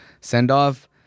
send-off